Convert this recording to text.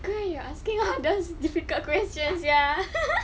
girl you are asking all those difficult questions sia